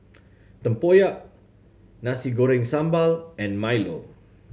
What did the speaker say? tempoyak Nasi Goreng Sambal and milo